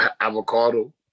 Avocado